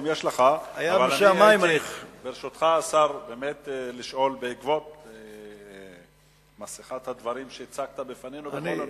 אני רוצה לשאול בעקבות מסכת הדברים שהצגת בפנינו בכל הנושאים,